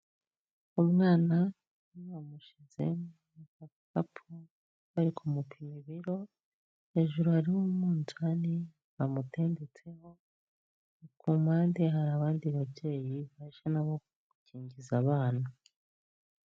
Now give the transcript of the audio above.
Umwana bamumushyize mugakapu abari kumupima ibiro hejuru hari umunzani bamutendetseho ku mpande hari abandi babyeyi bashaka nabo gukingiza abana.